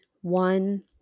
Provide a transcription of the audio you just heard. one